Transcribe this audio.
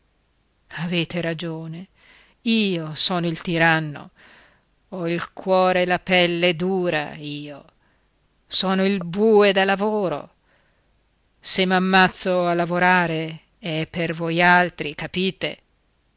avete ragione io sono il tiranno ho il cuore e la pelle dura io sono il bue da lavoro se m'ammazzo a lavorare è per voialtri capite